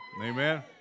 Amen